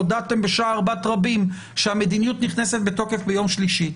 הודעתם בשער בת רבים שהמדיניות נכנסת לתוקף ביום שלישי.